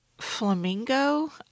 flamingo